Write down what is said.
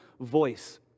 voice